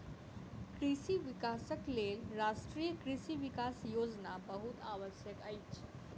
कृषि विकासक लेल राष्ट्रीय कृषि विकास योजना बहुत आवश्यक अछि